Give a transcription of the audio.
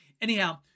anyhow